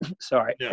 Sorry